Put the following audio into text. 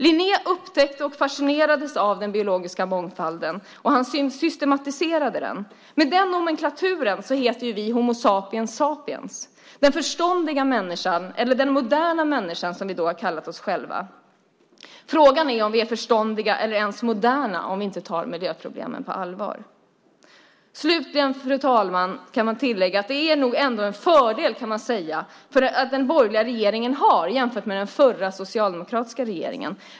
Linné upptäckte och fascinerades av den biologiska mångfalden, och han systematiserade den. Med den nomenklaturen heter vi ju Homo sapiens sapiens , den förståndiga människan eller den moderna människan, som vi har kallat oss själva. Frågan är om vi är förståndiga eller ens moderna om vi inte tar miljöproblemen på allvar. Slutligen, fru talman, kan man tillägga att det nog ändå är en fördel, kan man säga, som den borgerliga regeringen har, jämfört med den förra, socialdemokratiska regeringen.